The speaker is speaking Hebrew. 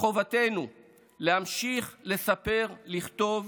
מחובתנו להמשיך לספר, לכתוב,